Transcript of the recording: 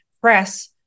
press